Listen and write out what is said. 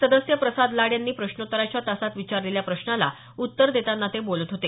सदस्य प्रसाद लाड यांनी प्रश्नोत्तराच्या तासात विचारलेल्या प्रश्नाला उत्तर देताना ते बोलत होते